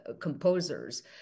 composers